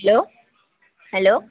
hello hello